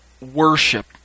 worship